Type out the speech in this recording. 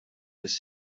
this